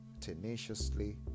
tenaciously